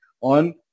on